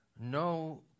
no